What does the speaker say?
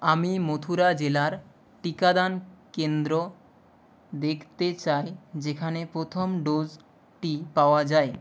আমি মথুরা জেলার টিকাদান কেন্দ্র দেখতে চাই যেখানে প্রথম ডোজটি পাওয়া যায়